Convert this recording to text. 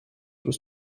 was